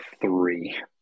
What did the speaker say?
three